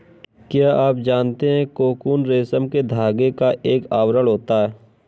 क्या आप जानते है कोकून रेशम के धागे का एक आवरण होता है?